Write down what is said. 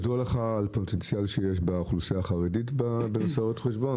ידוע לך על פוטנציאל שיש באוכלוסייה החרדית בנושא הוראת חשבון?